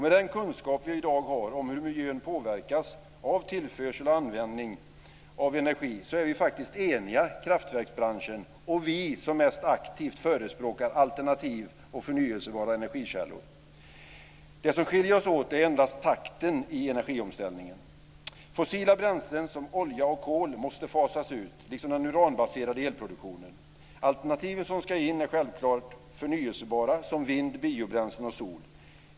Med den kunskap vi i dag har om hur miljön påverkas av tillförsel och användning av energi är vi faktiskt eniga, kraftverksbranschen och vi som mest aktivt förespråkar alternativa och förnyelsebara energikällor. Det som skiljer oss åt är endast takten i energiomställningen. Fossila bränslen, som olja och kol, måste fasas ut, liksom den uranbaserade elproduktionen. Alternativen som ska in är självklart förnyelsebara, som vind, biobränslen och sol.